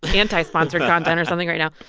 ah anti-sponsored content or something right now.